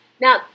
now